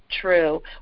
true